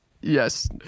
yes